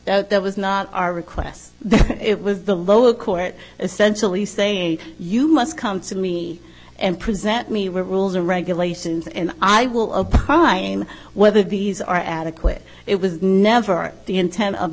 congress that was not our requests it was the lower court essentially say you must come to me and present me with rules and regulations and i will of whether these are adequate it was never the intent of